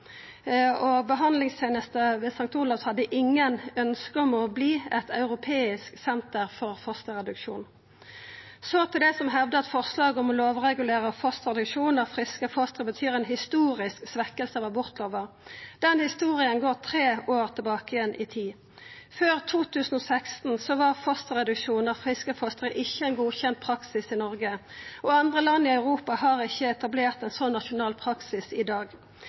Tyskland. Behandlingstenesta ved St. Olav hadde ikkje noko ønske om å verta eit europeisk senter for fosterreduksjon. Til dei som hevdar at forslaget om å lovregulera fosterreduksjon av friske foster betyr ei historisk svekking av abortlova: Den historia går tre år tilbake i tid. Før 2016 var fosterreduksjon av friske foster ikkje ein godkjent praksis i Noreg, og andre land i Europa har ikkje etablert ein slik nasjonal praksis i dag.